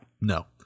No